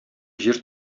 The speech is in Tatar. җир